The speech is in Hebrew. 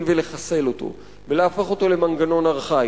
ולחסל אותו ולהפוך אותו למנגנון ארכאי.